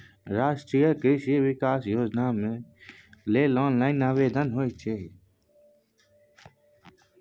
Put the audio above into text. राष्ट्रीय कृषि विकास योजनाम लेल ऑनलाइन आवेदन होए छै